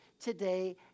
today